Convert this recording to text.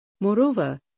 Moreover